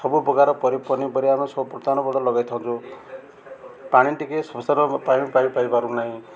ସବୁ ପ୍ରକାର ପନିପରିବା ଆମେ ଲଗାଇଥାଉଛୁ ପାଣି ଟିକେ ସୁଥ ପାଇପାରୁନାହିଁ